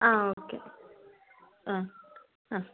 ആ ഓക്കേ ആ ആ